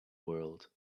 world